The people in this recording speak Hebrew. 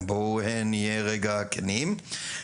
בואו נהיה לרגע כנים,